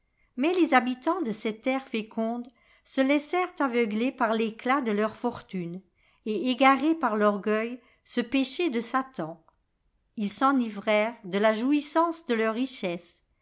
mais les habitants de cette terre féconde se laissèrent aveugler par l'éclat de leur fortune et égarer par l'orgueil ce péché de satan ils s'enivrèrent de la jouissance de leurs richesses